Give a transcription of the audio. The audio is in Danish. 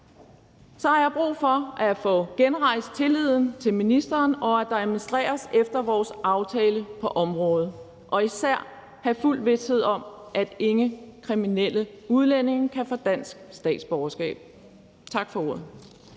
så har jeg brug for at få genrejst tilliden til ministeren, så der administreres efter vores aftale på området, og især har jeg brug for at få fuld vished for, at ingen kriminelle udlændinge kan få dansk statsborgerskab. Tak for ordet.